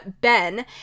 Ben